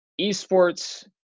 esports